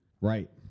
Right